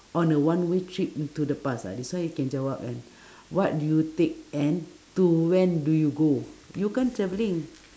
on a one way trip into the past ah this one you can jawab kan what do you take and to when do you go you kan travelling